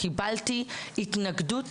קיבלתי התנגדות